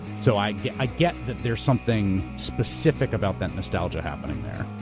so i get i get that there's something specific about that nostalgia happening there,